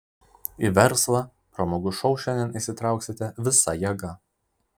į verslą pramogų šou šiandien įsitrauksite visa jėga